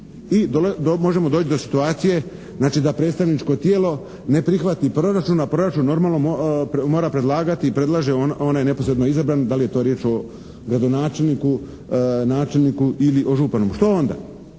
I možemo doći do situacije da predstavničko tijelo ne prihvati proračun a proračun normalno mora predlagati i predlaže onaj neposredno izabran. Da li je to riječ o gradonačelniku, načelniku ili o županu. Što onda?